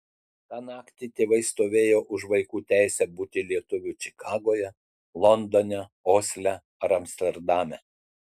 tą naktį tėvai stovėjo už vaikų teisę būti lietuviu čikagoje londone osle ar amsterdame